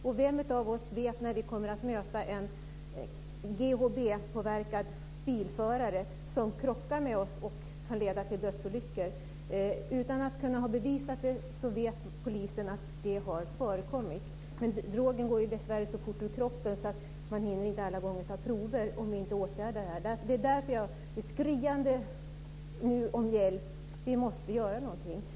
Och vem av oss vet när vi kommer att möta en GHB-påverkad bilförare som krockar med oss. Det kan leda till dödsolyckor. Utan att kunnat bevisa det vet polisen att det har förekommit. Men drogen går dessvärre så fort ur kroppen att man inte alla gånger hinner ta prover och därför inte kan åtgärda det här. Det är därför som jag nu är skriande om hjälp. Vi måste göra någonting!